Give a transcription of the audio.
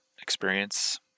experience